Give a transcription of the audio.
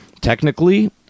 Technically